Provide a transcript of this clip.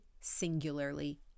singularly